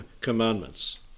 commandments